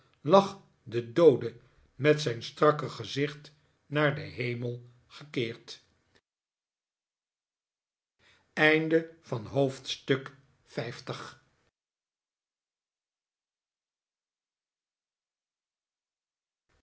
lag de doode met zijn strakke gezicht naar den hemel gekeerd